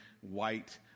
white